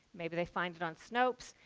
maybe they find it on snopes,